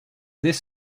this